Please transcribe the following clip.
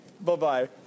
Bye-bye